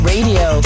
Radio